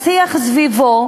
השיח סביבו,